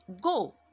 Go